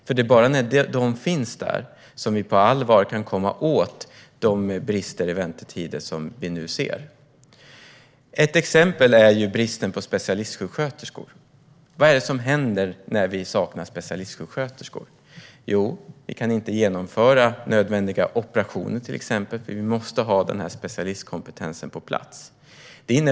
För det är bara när denna personal finns där som vi på allvar kan komma åt de brister vad gäller väntetider som vi nu ser. Ett exempel är bristen på specialistsjuksköterskor. Vad är det som händer när det saknas specialistsjuksköterskor? Man kan till exempel inte genomföra nödvändiga operationer, eftersom man måste ha denna specialistkompetens på plats.